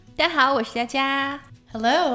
大家好,我是佳佳。Hello